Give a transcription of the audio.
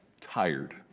tired